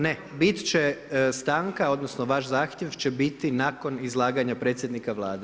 Ne, biti će stanka, odnosno vaš zahtjev će biti nakon izlaganja predsjednika Vlade.